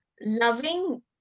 loving